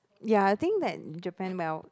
ya I think that Japan well